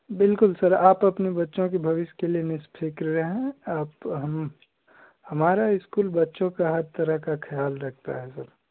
बिल्कुल सर आप अपने बच्चों के भविष्य के लिए निशफ़िक्र रहें आप हम हमारा इस्कूल बच्चों का हर तरह का ख़याल रखता है सर